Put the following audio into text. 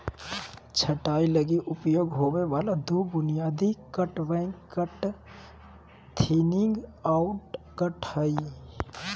छंटाई लगी उपयोग होबे वाला दो बुनियादी cut back cut, thinning out cut हइ